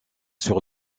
sur